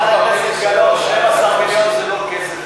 חברת הכנסת גלאון, 12 מיליון זה לא כסף.